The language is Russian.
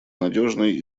надежный